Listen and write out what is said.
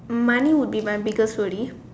money would be my biggest worry